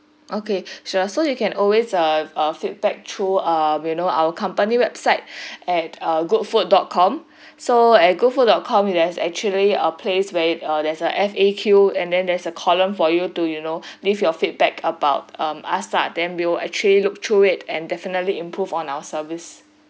okay sure so you can always uh uh feedback through uh you know our company website at uh good food dot com so at good food dot com there's actually a place where err there's a F_A_Q and then there's a column for you to you know leave your feedback about um our side then will actually look through it and definitely improve on our service